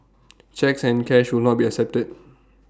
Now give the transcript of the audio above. cheques and cash will not be accepted